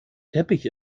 teppich